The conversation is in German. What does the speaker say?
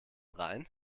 rhein